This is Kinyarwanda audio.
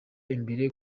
imbere